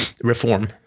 reform